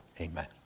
amen